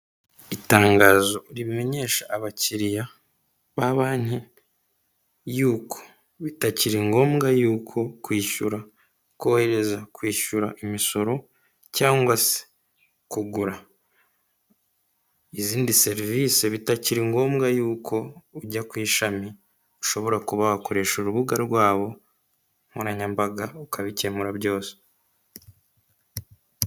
Itangazo rimenyesha abakiriya ba banki, yuko bitakiri ngombwa yuko kwishyura, kohereza kwishyura imisoro, cyangwa se kugura izindi serivisi bitakiri ngombwa yuko ujya ku ishami ushobora kuba wakoresha urubuga rwabo nkoranyambaga ukabikemura byose.